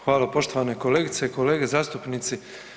Hvala poštovane kolegice i kolege zastupnici.